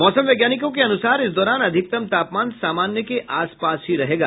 मौसम वैज्ञानिकों के अनुसार इस दौरान अधिकतम तापमान सामान्य के आस पास ही रहेगा